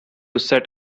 set